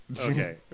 Okay